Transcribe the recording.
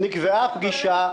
נקבעה פגישה.